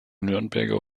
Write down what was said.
nürnberger